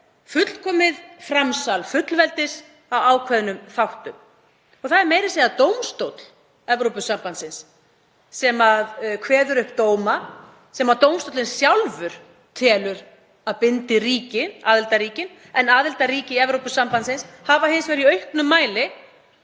fullkomið framsal fullveldis í ákveðnum þáttum. Það er meira að segja dómstóll Evrópusambandsins sem kveður upp dóma sem dómstóllinn sjálfur telur að bindi aðildarríkin. En aðildarríki Evrópusambandsins hafa hins vegar í auknum mæli